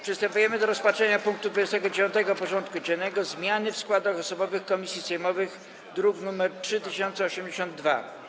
Przystępujemy do rozpatrzenia punktu 29. porządku dziennego: Zmiany w składach osobowych komisji sejmowych (druk nr 3082)